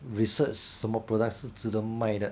research 什么 product 是值得卖的